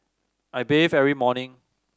I bathe every morning